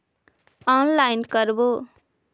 Online करवे?